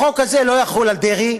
החוק הזה לא יחול על דרעי,